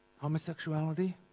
Homosexuality